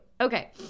okay